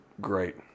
great